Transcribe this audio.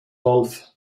wolf